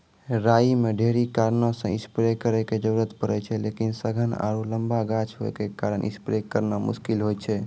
राई मे ढेरी कारणों से स्प्रे करे के जरूरत पड़े छै लेकिन सघन आरु लम्बा गाछ होय के कारण स्प्रे करना मुश्किल होय छै?